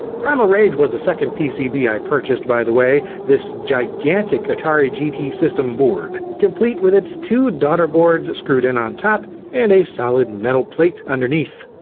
primal rage was the second pcb i purchased by the way, this gigantic atari gt system board, complete with its two daughterboards screwed in on top and a solid metal plate underneath.